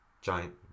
giant